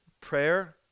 Prayer